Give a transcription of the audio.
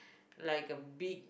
like a big